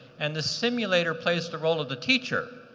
and the simulator plays the role of the teacher.